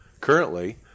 currently